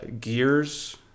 gears